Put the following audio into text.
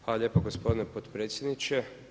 Hvala lijepa gospodine potpredsjedniče.